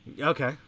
Okay